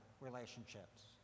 relationships